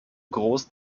groß